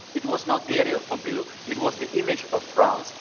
it was not the area of pompidou. it was the image of france,